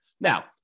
Now